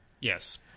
Yes